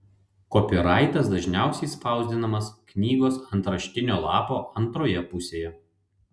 kopiraitas dažniausiai spausdinamas knygos antraštinio lapo antroje pusėje